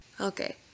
Okay